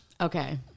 Okay